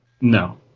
No